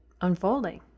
unfolding